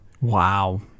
Wow